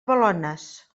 balones